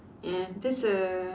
eh that's a